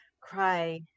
Cry